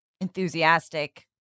enthusiastic